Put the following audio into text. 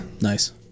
nice